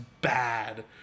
bad